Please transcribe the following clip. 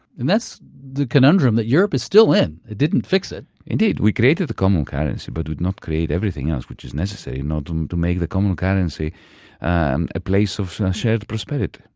and that's the conundrum that europe is still in. it didn't fix it indeed, we created the common currency, but did not create everything else which is necessary not um to make the common currency and a place of shared prosperity.